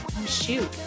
shoot